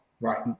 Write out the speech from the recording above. right